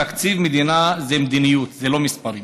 תקציב מדינה זה מדיניות, זה לא מספרים.